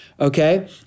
okay